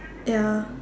ya